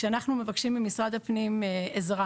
כשאנחנו מבקשים ממשרד הפנים עזרה